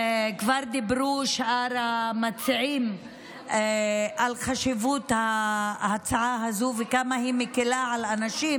כבר דיברו שאר המציעים על חשיבות ההצעה הזו וכמה היא מקילה על אנשים